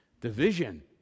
Division